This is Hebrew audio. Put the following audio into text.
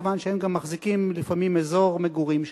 כיוון שהם גם מחזיקים לפעמים אזור מגורים שלם.